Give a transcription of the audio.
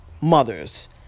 mothers